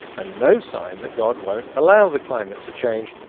and no sign that god won't allow the climate to change.